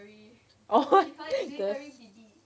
oh